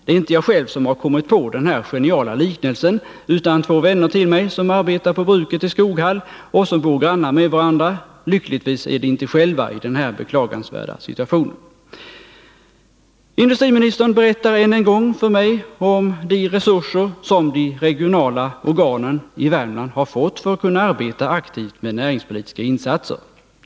Det är inte jag själv som har kommit på den här geniala liknelsen utan två vänner till mig, som arbetar på bruket i Skoghall och bor grannar med varandra. Lyckligtvis är de inte själva i den här beklagansvärda situationen. Industriministern berättar än en gång för mig om de resurser som de regionala organen i Värmland har fått för att kunna arbeta aktivt med näringspolitiska insatser.